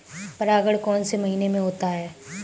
परागण कौन से महीने में होता है?